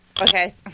Okay